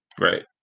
right